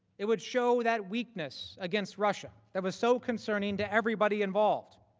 it would show that weakness against russia that was so concerning to everybody involved.